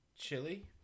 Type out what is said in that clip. chili